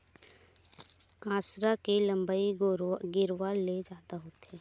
कांसरा के लंबई गेरवा ले जादा होथे